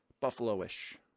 Buffalo-ish